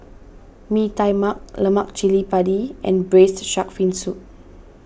Mee Tai Mak Lemak Cili Padi and Braised Shark Fin Soup